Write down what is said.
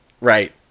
Right